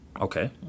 Okay